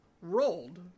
rolled